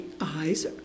eyes